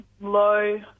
low